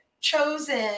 chosen